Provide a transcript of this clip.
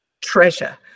treasure